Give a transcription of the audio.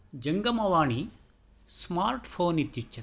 जङ्गमवाणी smart phone इत्युच्यते